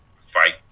fight